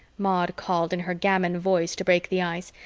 maud called in her gamin voice to break the ice,